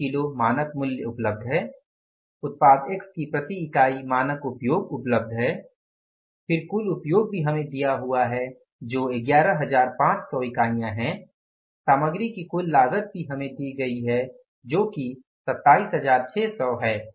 प्रति किलो मानक मूल्य उपलब्ध है उत्पाद एक्स की प्रति इकाई मानक उपयोग उपलब्ध है फिर कुल उपयोग भी हमें दिया हुआ है जो 11500 इकाइयाँ हैं सामग्री की कुल लागत भी हमें दी गई है जो कि 27 600 इकाइयाँ हैं